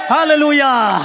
Hallelujah